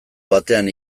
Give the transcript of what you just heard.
batean